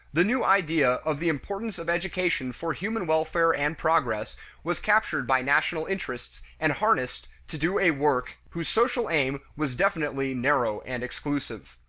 the new idea of the importance of education for human welfare and progress was captured by national interests and harnessed to do a work whose social aim was definitely narrow and exclusive.